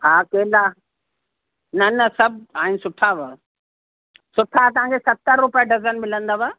हा केला न न सभु आहिनि सुठा व सुठा तव्हांखे सतर रुपए डज़न मिलंदव